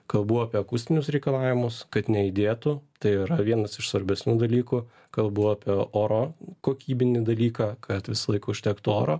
kalbu apie akustinius reikalavimus kad nejudėtų tai yra vienas iš svarbesnių dalykų kalbu apie oro kokybinį dalyką kad visąlaik užtektų oro